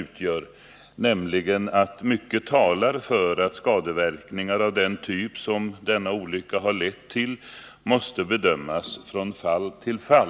Det står nämligen i svaret: ”Mycket talar emellertid för att skadeverkningar av den typ som Almöbroolyckan har lett till måste bedömas från fall till fall.”